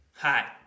Hi